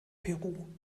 peru